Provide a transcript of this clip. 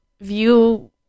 view